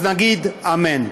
אז נגיד אמן.